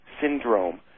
syndrome